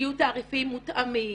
שיהיו תעריפים מותאמים.